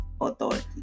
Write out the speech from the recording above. authority